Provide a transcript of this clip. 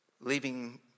leaving